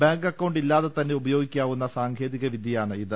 bank account ഇല്ലാതെതന്നെ ഉപയോഗിക്കാവുന്ന സാങ്കേതിക വിദ്യയാണ് ഇത്